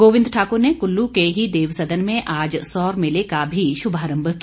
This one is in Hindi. गोविंद ठाकुर ने कुल्लू के ही देवसदन में आज सौर मेले का भी शुभारम्भ किया